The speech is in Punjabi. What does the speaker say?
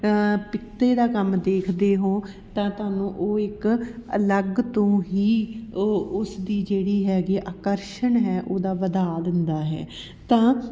ਪਿੱਤੇ ਦਾ ਕੰਮ ਦੇਖਦੇ ਹੋ ਤਾਂ ਤੁਹਾਨੂੰ ਉਹ ਇੱਕ ਅਲੱਗ ਤੋਂ ਹੀ ਉਹ ਉਸ ਦੀ ਜਿਹੜੀ ਹੈਗੀ ਆ ਆਕਰਸ਼ਣ ਹੈ ਓਹਦਾ ਵਧਾ ਦਿੰਦਾ ਹੈ ਤਾਂ